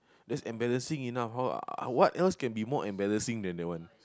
that's embarrassing enough how what else can be more embarrassing than that one